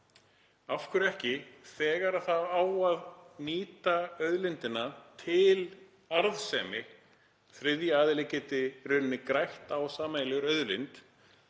Af hverju ekki, þegar það á að nýta auðlindina til arðsemi, til að þriðji aðili geti í raun grætt á sameiginlegri auðlind,